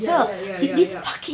ya ya ya ya ya